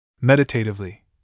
Meditatively